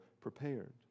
prepared